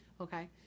okay